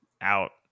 out